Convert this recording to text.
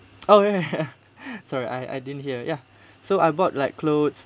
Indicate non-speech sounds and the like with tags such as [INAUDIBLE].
oh ya ya [LAUGHS] sorry I I didn't hear ya so I bought like clothes